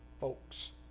folks